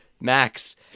Max